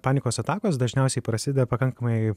panikos atakos dažniausiai prasideda pakankamai